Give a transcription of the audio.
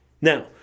Now